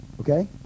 Okay